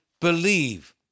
believe